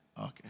Okay